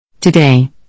Today